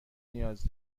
نیاز